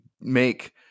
make